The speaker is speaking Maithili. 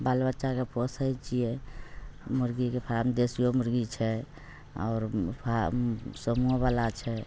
बाल बच्चाके पोसैत छियै मुर्गीके फारम देशिओ मुर्गी छै आओर फार्म समूह बला छै